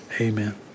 Amen